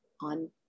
on